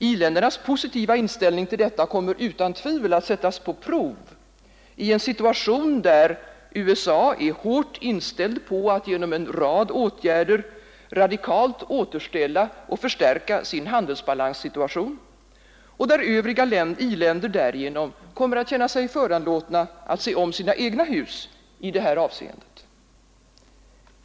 I-ländernas positiva inställning till detta kommer utan tvivel att sättas på prov i en situation, där USA är hårt inställt på att genom en rad åtgärder radikalt återställa och förstärka sin handelsbalanssituation och där övriga i-länder därigenom kommer att känna sig föranlåtna att se om sina egna hus i detta avseende.